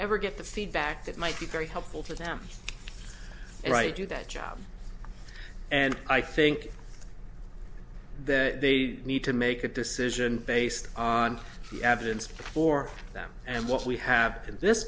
ever get the feedback that might be very helpful to them right to that job and i think they need to make a decision based on the evidence for them and what we have in this